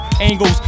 Angles